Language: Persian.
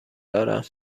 دارم